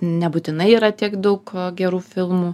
nebūtinai yra tiek daug gerų filmų